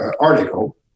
article